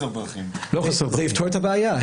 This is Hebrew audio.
זה יפתור את הבעיה.